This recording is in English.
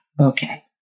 okay